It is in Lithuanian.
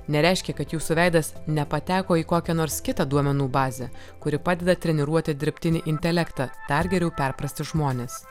nereiškia kad jūsų veidas nepateko į kokią nors kitą duomenų bazę kuri padeda treniruoti dirbtinį intelektą dar geriau perprasti žmones